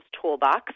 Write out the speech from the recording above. Toolbox